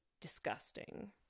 disgusting